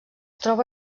troba